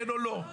כן או לא.